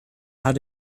how